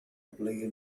aplega